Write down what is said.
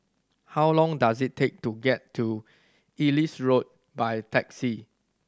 how long does it take to get to Ellis Road by taxi